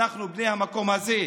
אנחנו בני המקום הזה.